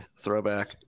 throwback